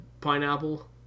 pineapple